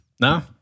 No